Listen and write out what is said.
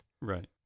Right